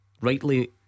rightly